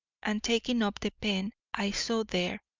and taking up the pen i saw there,